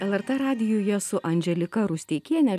lrt radijuje su andželika rusteikienė